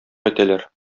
итәләр